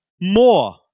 more